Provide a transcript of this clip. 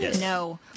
No